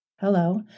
Hello